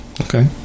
Okay